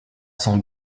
son